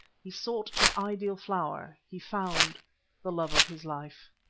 he sought an ideal flower, he found the love of his life.